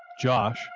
Josh